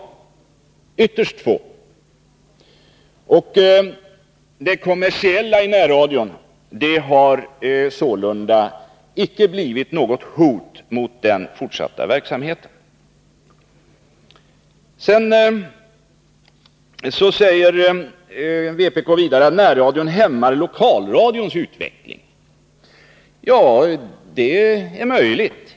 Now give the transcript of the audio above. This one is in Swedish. Nr 162 Den kommersiella hotbilden har sålunda icke blivit förverkligad och utgör Onsdagen den inte heller något hot mot den fortsatta verksamheten. 2 juni 1982 Vpk säger också att närradion hämmar lokalradions utveckling. Det är möjligt.